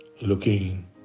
looking